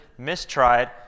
mistried